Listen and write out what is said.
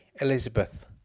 Elizabeth